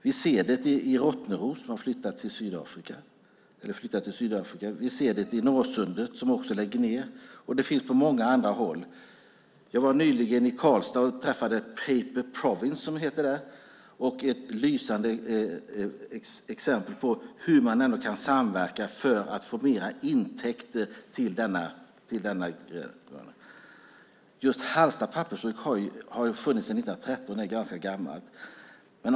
Vi ser det i Rottneros som flyttar till Sydafrika. Vi ser det i Norrsundet som också lägger ned. Jag var nyligen i Karlstad och träffade Paper Province. Det är ett lysande exempel på hur man kan samverka för att få mer intäkter till orten. Hallsta pappersbruk har funnits sedan 1913. Det är alltså ganska gammalt.